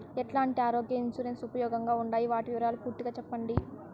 ఎట్లాంటి ఆరోగ్య ఇన్సూరెన్సు ఉపయోగం గా ఉండాయి వాటి వివరాలు పూర్తిగా సెప్పండి?